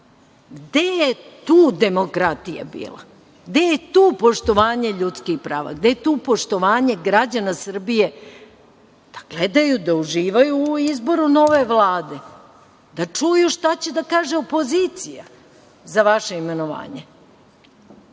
Gde je tu demokratija bila? Gde je tu poštovanje ljudskih prava? Gde je tu poštovanje građana Srbije da gledaju, da uživaju u izboru nove Vlade, da čuju šta će da kaže opozicija za vaše imenovanje? Da